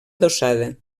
adossada